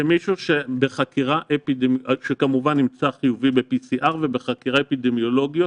זה מישהו שכמובן נמצא חיובי ב-PCR ובחקירה אפידמיולוגית